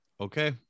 Okay